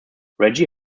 reggie